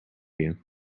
you